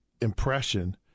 impression